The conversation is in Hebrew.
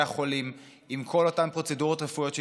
החולים עם כל אותן פרוצדורות רפואיות שנדחו,